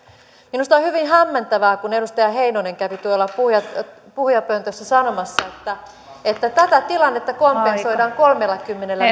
minusta on hyvin hämmentävää kun edustaja heinonen kävi tuolla puhujapöntössä puhujapöntössä sanomassa että että tätä tilannetta kompensoidaan kolmellakymmenellä